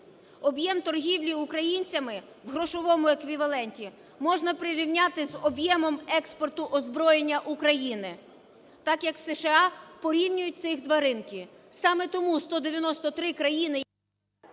Об'єм торгівлі українцями в грошовому еквіваленті можна прирівняти з об'ємом експорту озброєння України, так як США порівнюють цих два ринки. Саме тому 193 країни… ГОЛОВУЮЧИЙ.